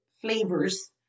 flavors